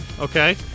Okay